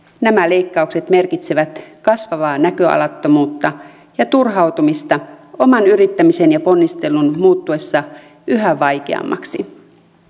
nämä leikkaukset merkitsevät kasvavaa näköalattomuutta ja turhautumista oman yrittämisen ja ponnistelun muuttuessa yhä vaikeammaksi